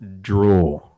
draw